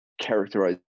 characterize